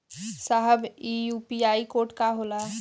साहब इ UPI code का होला?